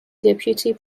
deputy